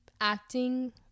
acting